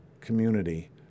community